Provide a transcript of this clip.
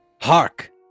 hark